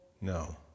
No